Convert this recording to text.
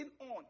on